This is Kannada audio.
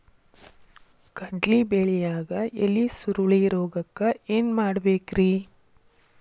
ಕಡ್ಲಿ ಬೆಳಿಯಾಗ ಎಲಿ ಸುರುಳಿರೋಗಕ್ಕ ಏನ್ ಮಾಡಬೇಕ್ರಿ?